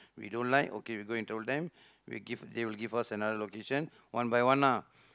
we don't like okay we go and told them we give they will give us another location one by one ah